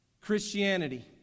Christianity